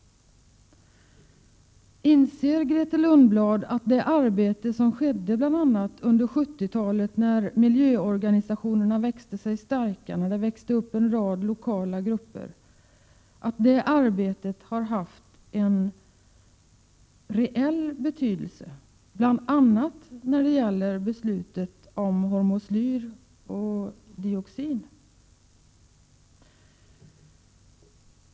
Inser Grethe Lundblad att det arbete som skedde bl.a. under 1970-talet, när miljöorganisationerna växte sig starkare och en rad lokala grupper växte upp, har haft en reell betydelse bl.a. när det gäller besluten om hormoslyr och dioxin?